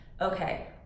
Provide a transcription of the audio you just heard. Okay